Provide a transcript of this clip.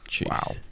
Wow